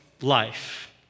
life